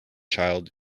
child